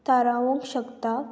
थारावंक शकता